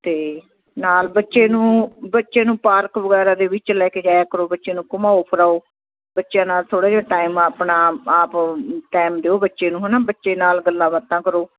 ਅਤੇ ਨਾਲ ਬੱਚੇ ਨੂੰ ਬੱਚੇ ਨੂੰ ਪਾਰਕ ਵਗੈਰਾ ਦੇ ਵਿੱਚ ਲੈ ਕੇ ਜਾਇਆ ਕਰੋ ਬੱਚੇ ਨੂੰ ਘੁਮਾਓ ਫਿਰਾਓ ਬੱਚਿਆਂ ਨਾਲ ਥੋੜ੍ਹਾ ਜਿਹਾ ਟਾਈਮ ਆਪਣਾ ਆਪ ਟਾਈਮ ਦਿਓ ਬੱਚੇ ਨੂੰ ਹੈਨਾ ਬੱਚੇ ਨਾਲ ਗੱਲਾਂ ਬਾਤਾਂ ਕਰੋ